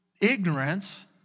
ignorance